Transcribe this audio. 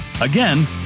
Again